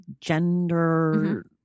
gender